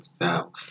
now